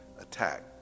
attack